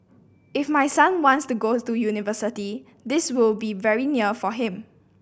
if my son wants to go to university this will be very near for him